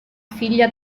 figlia